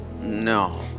No